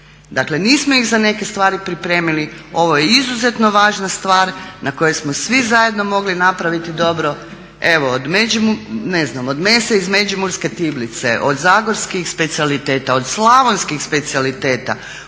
Dakle, nismo ih za neke stvari pripremili, ovo je izuzetno važna stvar na kojoj smo svi zajedno mogli napraviti dobro. Evo ne znam od mesa iz međimurske tiblice, od zagorskih specijaliteta, od slavonskih specijaliteta,